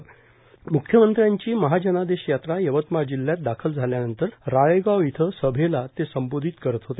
म्ख्यमंत्र्यांची महाजनादेश यात्रा यवतमाळ जिल्ह्यात दाखल झाल्यानंतर राळेगाव इथं सभेला ते संबोधित करीत होते